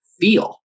feel